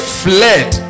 fled